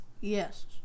Yes